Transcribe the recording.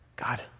God